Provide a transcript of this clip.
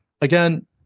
Again